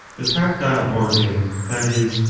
the tactile organ, that is,